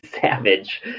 savage